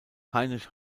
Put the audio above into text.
heinrich